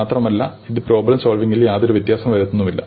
മാത്രമല്ല ഇത് പ്രോബ്ലം സോൾവിങ്ങിൽ യാതൊരു വ്യത്യാസവും വരുത്തുന്നുമില്ല